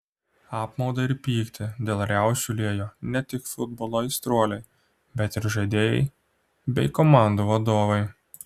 apmaudą ir pyktį dėl riaušių liejo ne tik futbolo aistruoliai bet ir žaidėjai bei komandų vadovai